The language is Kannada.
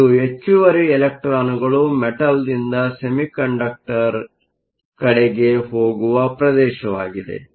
ಆದ್ದರಿಂದ ಇದು ಹೆಚ್ಚುವರಿ ಇಲೆಕ್ಟ್ರಾನ್ಗಳು ಮೆಟಲ್ ದಿಂದ ಸೆಮಿಕಂಡಕ್ಟರ್ ಕಡೆಗೆ ಹೋಗುವ ಪ್ರದೇಶವಾಗಿದೆ